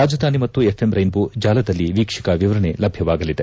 ರಾಜಧಾನಿ ಮತ್ತು FM rainbow ಜಾಲದಲ್ಲಿ ವೀಕ್ಷಕ ವರಣೆ ಲಭ್ಯವಾಗಲಿದೆ